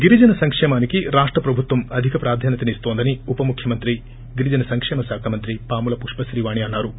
గిరిజన సంకేమానికి రాష్ట ప్రభుత్వం అధిక ప్రాధాన్యతనిస్తోందాని ఉప ముఖ్యమంత్రి గిరిజన సంకేమ శాఖ మంత్రి పాముల పుష్పత్రీ వాణి అన్నా రు